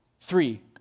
Three